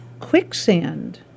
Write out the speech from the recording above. Quicksand